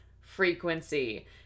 frequency